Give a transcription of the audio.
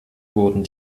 wurden